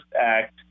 act